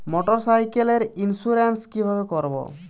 মোটরসাইকেলের ইন্সুরেন্স কিভাবে করব?